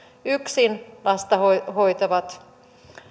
yksin lasta hoitavat